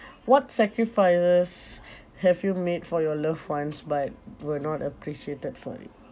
what sacrifices have you made for your loved ones but were not appreciated for it